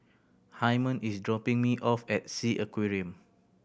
Hymen is dropping me off at Sea Aquarium